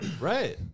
Right